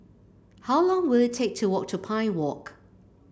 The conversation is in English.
how long will it take to walk to Pine Walk